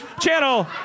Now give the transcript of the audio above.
Channel